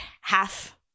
half –